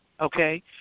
okay